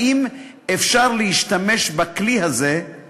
אז תבואי אלי